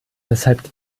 weshalb